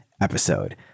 episode